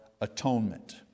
atonement